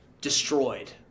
destroyed